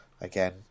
again